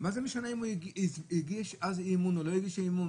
אז מה משנה אם הוא הגיש אז אי-אמון או לא הגיש אי-אמון?